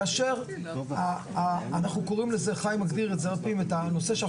כאשר אנחנו קוראים לזה, חי מגדיר את זה, רשת...